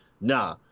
Nah